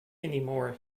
anymore